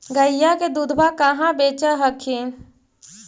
गईया के दूधबा कहा बेच हखिन?